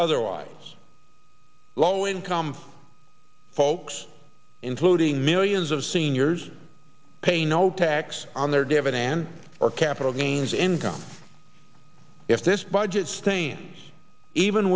otherwise low income folks including millions of seniors pay no tax on their dividends or capital gains income if this budget stains even